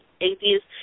atheist